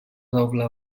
doble